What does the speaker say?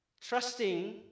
Trusting